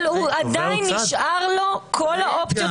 עדיין נשארות לו כל האופציות.